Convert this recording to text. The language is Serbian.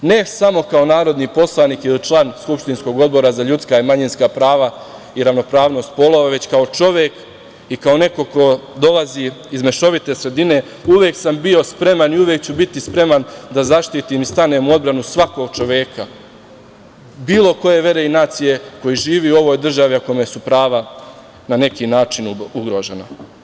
Ne samo kao narodni poslanik ili član skupštinskog Odbora za ljudska i manjinska prava i ravnopravnost polova, već kao čovek i kao neko ko dolazi iz mešovite sredine, uvek samo bio spreman i uvek ću biti spreman da zaštitim i stanem u odbranu svakog čoveka bilo koje vere i nacije, koji živi u ovoj državi, a kome su prava na neki način ugrožena.